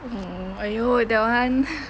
mm !aiyo! that one